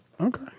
Okay